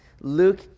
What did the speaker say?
Luke